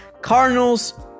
Cardinals